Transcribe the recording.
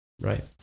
Right